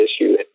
issue